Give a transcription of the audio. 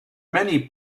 many